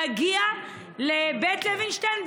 להגיע לבית לוינשטיין,